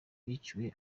biciwe